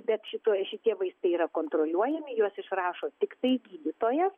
bet šitoj šitie vaistai yra kontroliuojami juos išrašo tiktai gydytojas